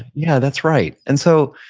yeah. that's right. and so,